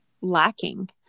lacking